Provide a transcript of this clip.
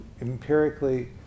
empirically